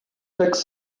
chaque